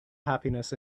happiness